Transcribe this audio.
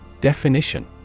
Definition